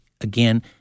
again